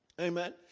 amen